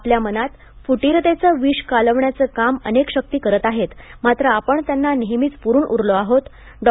आपल्या मनात फुटीरतेचं विष कालवण्याचं काम अनेक शक्ती करत आहेत मात्र आपण त्यांना नेहमीच पुरून उरलो आहोत डॉ